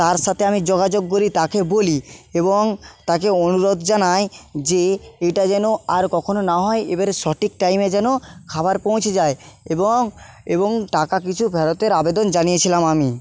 তার সাথে আমি যোগাযোগ করি তাকে বলি এবং তাকে অনুরোধ জানাই যে এটা যেন আর কখনো না হয় এবারে সঠিক টাইমে যেন খাবার পৌঁছে যায় এবং এবং টাকা কিছু ফেরতের আবেদন জানিয়েছিলাম আমি